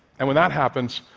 and when that happens,